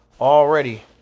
already